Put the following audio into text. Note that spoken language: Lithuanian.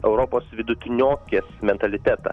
europos vidutiniokė mentalitetą